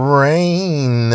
rain